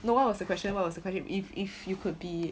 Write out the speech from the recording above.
no what was the question what was the question if if you could be